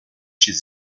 chez